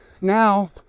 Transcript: now